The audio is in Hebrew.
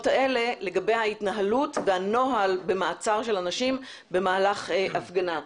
האלה לגבי ההתנהלות והנוהל במעצר של אנשים במהלך הפגנה.